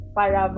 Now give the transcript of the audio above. para